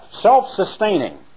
self-sustaining